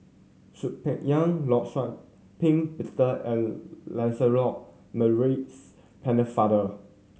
Soon Peng Yam Law Shau Ping Peter and Lancelot Maurice Pennefather